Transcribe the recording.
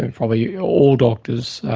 and probably all doctors,